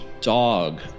dog